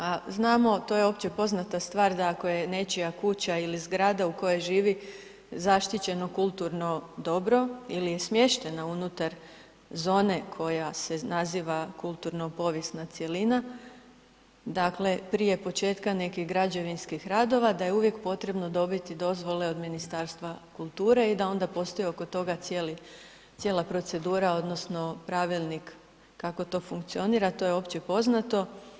A znamo, to je opće poznata stvar da ako je nečija kuća ili zgrada u kojoj živi zaštićeno kulturno dobro ili je smještena unutar zone koje se naziva kulturno-povijesna cjelina, dakle prije početka nekih građevinskih radova da je uvijek potrebno dobiti dozvole od Ministarstva kulture i da onda postoji oko toga cijela procedura odnosno pravilnik kako to funkcionira, to je opće poznato.